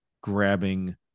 grabbing